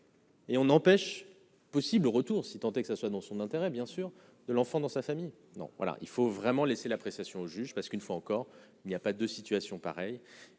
Et on empêche possible retour si tant est que ce soit dans son intérêt bien sûr de l'enfant dans sa famille non, voilà, il faut vraiment laisser l'appréciation au juge parce qu'une fois encore, il n'y a pas de situation pareille